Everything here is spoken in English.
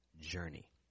journey